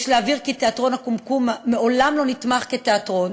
יש להבהיר כי תיאטרון "קומקום" מעולם לא נתמך כתיאטרון,